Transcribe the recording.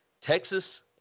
Texas